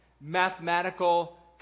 mathematical